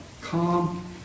calm